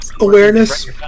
Awareness